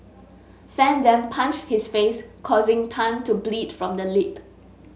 fan then punched his face causing Tan to bleed from the lip